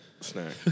snack